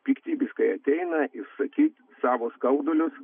piktybiškai ateina išsakyt savo skaudulius